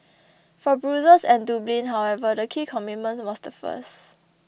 for Brussels and Dublin however the key commitment was the first